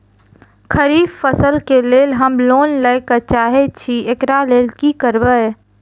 खरीफ फसल केँ लेल हम लोन लैके चाहै छी एकरा लेल की करबै?